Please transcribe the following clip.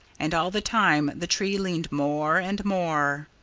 and all the time the tree leaned more and more.